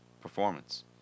performance